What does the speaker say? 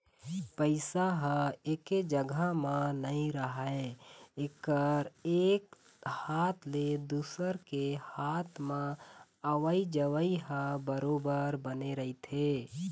पइसा ह एके जघा म नइ राहय एकर एक हाथ ले दुसर के हात म अवई जवई ह बरोबर बने रहिथे